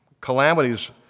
Calamities